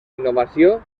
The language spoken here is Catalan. innovació